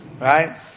right